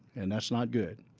and that's not good.